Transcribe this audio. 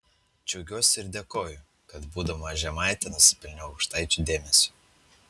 džiaugiuosi ir dėkoju kad būdama žemaitė nusipelniau aukštaičių dėmesio